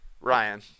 Ryan